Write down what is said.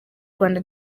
rwanda